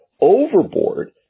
overboard